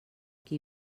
qui